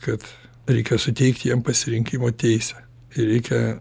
kad reikia suteikt jiem pasirinkimo teisę ir reikia